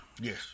Yes